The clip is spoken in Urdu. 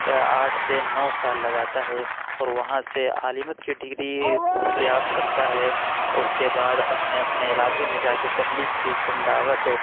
آٹھ سے نو سال لگاتا ہے اور وہاں سے عالمیت کی ڈگری دستیاب کرتا ہے اُس کے بعد اپنے اپنے علاقے میں جا کے تبلیغ کی دعوت